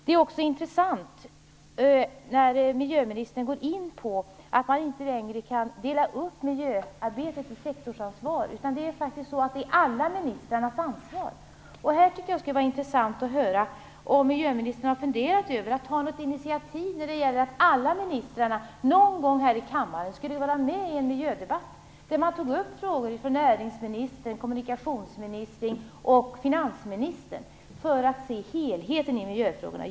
Vidare är det intressant att miljöministern går in på att man inte längre kan dela upp miljöarbetet i sektorsansvar. I stället är det alla ministrarnas ansvar. Här skulle jag vilja höra om miljöministern har funderat över att ta initiativ till att alla ministrar någon gång här i kammaren är med i en miljödebatt där frågor tas upp från näringsministern, kommunikationsministern och finansministern just för att se helheten i miljöfrågorna.